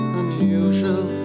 unusual